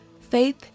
Faith